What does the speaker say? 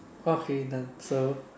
okay done so